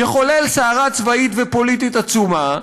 יחולל סערה צבאית ופוליטית עצומה,